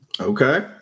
Okay